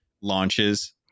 launches